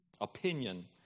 opinion